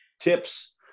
tips